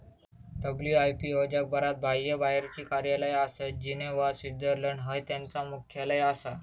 WIPO जगभरात बाह्यबाहेरची कार्यालया आसत, जिनेव्हा, स्वित्झर्लंड हय त्यांचा मुख्यालय आसा